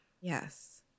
Yes